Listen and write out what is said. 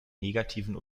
negativen